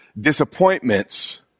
disappointments